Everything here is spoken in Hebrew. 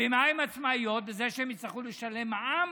במה הן עצמאיות, בזה שהן יצטרכו לשלם מע"מ?